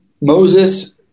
Moses